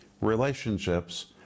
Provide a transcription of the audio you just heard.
Relationships